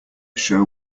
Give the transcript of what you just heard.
show